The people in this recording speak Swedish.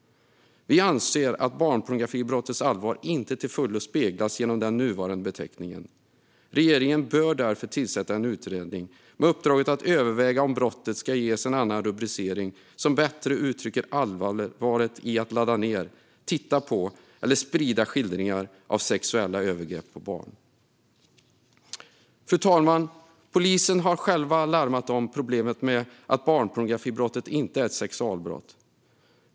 Vi anser att barnpornografibrottets allvar inte till fullo speglas genom den nuvarande beteckningen. Regeringen bör därför tillsätta en utredning med uppdraget att överväga om brottet ska ges en annan rubricering som bättre uttrycker allvaret i att ladda ned, titta på eller sprida skildringar av sexuella övergrepp på barn. Fru talman! Polisen har själv larmat om problemet med att barnpornografibrottet inte är ett sexualbrott.